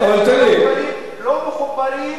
לא מחוברים לרשת החשמל,